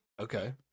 Okay